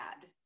add